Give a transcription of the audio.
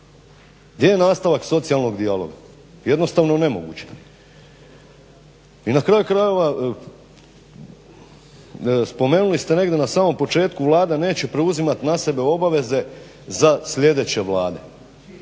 je nastavak socijalnog dijaloga jednostavno nemoguće. I na kraju krajeva, spomenuli ste negdje na samom početku, Vlada neće preuzimat na sebe obaveze za sljedeće Vlade,